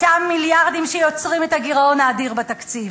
אותם מיליארדים שיוצרים את הגירעון האדיר בתקציב.